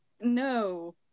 no